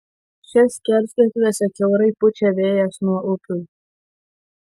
čia skersgatviuose kiaurai pučia vėjas nuo upių